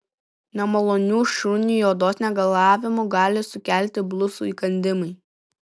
nemalonių šuniui odos negalavimų gali sukelti blusų įkandimai